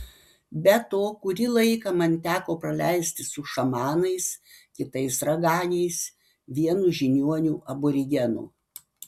be to kurį laiką man teko praleisti su šamanais kitais raganiais vienu žiniuoniu aborigenu